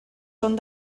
són